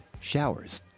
showers